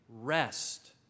rest